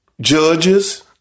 Judges